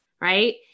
right